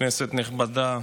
כנסת נכבדה,